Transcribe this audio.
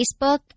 Facebook